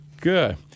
Good